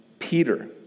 Peter